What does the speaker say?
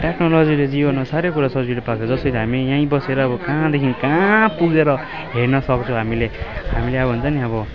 टेक्नोलोजीले जीवनमा साह्रै कुरा सजिलो पार्छ जसरी हामी यहीँ बसेर अब कहाँदेखि कहाँ पुगेर हेर्न सक्छौँ हामीले हामीले अब हुन्छ नि अब